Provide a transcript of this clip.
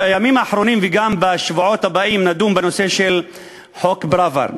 בימים האחרונים וגם בשבועות הבאים נדון בנושא של חוק פראוור.